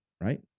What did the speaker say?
right